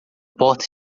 porta